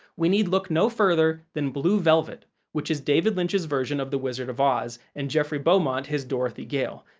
we need look no further than blue velvet, which is david lynch's version of the wizard of oz, and jeffrey beaumont his dorothy gale.